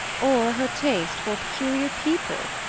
or her taste for peculiar people,